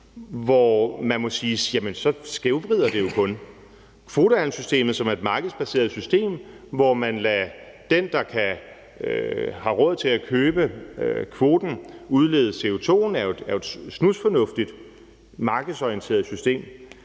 hvor man jo så må sige, at det kun skævvrider kvotehandelssystemet. Det er et markedsbaseret system, hvor man lader den, der har råd til at købe kvoten, udlede CO2'en, og det er jo et snusfornuftigt markedsorienteret system.